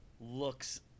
looks